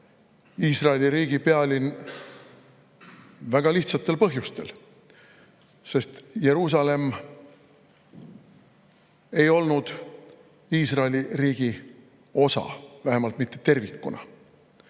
Iisraeli riigi pealinn. Väga lihtsal põhjusel: Jeruusalemm ei olnud Iisraeli riigi osa, vähemalt mitte tervikuna,